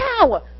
power